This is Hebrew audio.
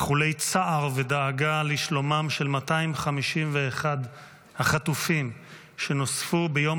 אכולי צער ודאגה לשלומם של 251 החטופים שנוספו ביום